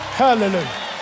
hallelujah